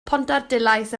pontarddulais